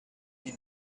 die